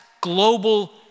global